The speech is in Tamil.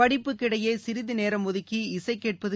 படிப்புக்கிடையே சிறிது நேரம் ஒதுக்கி இசை கேட்பது